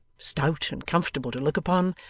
stout and comfortable to look upon,